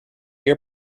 your